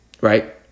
Right